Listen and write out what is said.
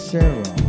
Sarah